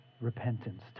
repentance